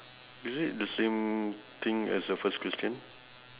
is it the same thing as the first question